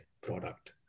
product